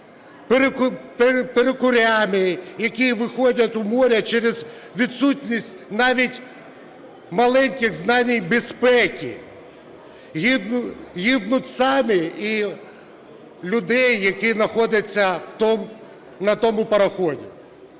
перукарями, які виходять в море через відсутність навіть маленьких знань безпеки. Гинуть самі і… людей, які знаходяться на тому пароплаві.